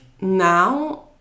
now